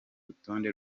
rutonde